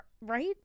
Right